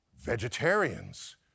vegetarians